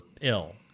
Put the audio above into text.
ill